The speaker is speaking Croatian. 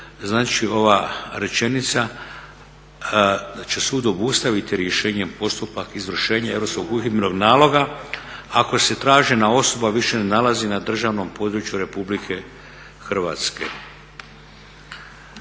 znači ova rečenica da će sud obustaviti rješenjem postupak izvršenja europskog uhidbenog naloga ako se tražena osoba više ne nalazi na državnom području Republike Hrvatske.